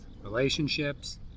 relationships